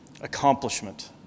accomplishment